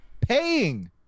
paying